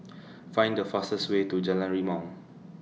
Find The fastest Way to Jalan Rimau